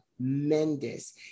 Tremendous